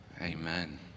Amen